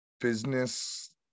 business